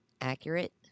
accurate